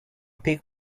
pick